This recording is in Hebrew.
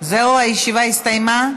זהו, הישיבה הסתיימה?